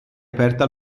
aperta